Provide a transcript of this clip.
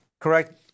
correct